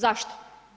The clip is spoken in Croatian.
Zašto?